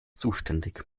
zuständig